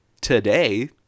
today